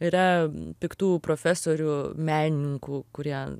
yra piktų profesorių menininkų kurie